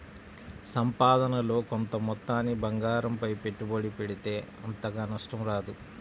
సంపాదనలో కొంత మొత్తాన్ని బంగారంపై పెట్టుబడి పెడితే అంతగా నష్టం రాదు